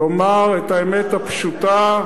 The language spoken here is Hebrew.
תאמר את האמת הפשוטה,